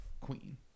Queen